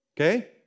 okay